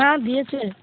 হ্যাঁ দিয়েছে